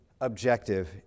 objective